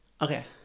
Okay